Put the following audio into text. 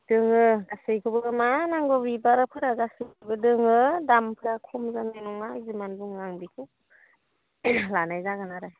दङ गासैखोबो मा नांगौ बिबारफोरा गासैबो दङ दामफोरा खम दामनि नङा जिमान दङ आं बेखौ लानाय जागोन आरो